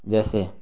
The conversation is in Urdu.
جیسے